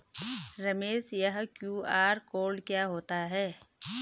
रमेश यह QR code क्या होता है?